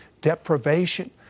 deprivation